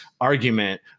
argument